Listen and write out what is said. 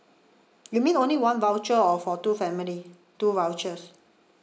you mean only one voucher or for two family two vouchers